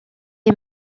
est